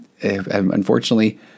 unfortunately